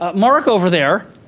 ah mark, over there,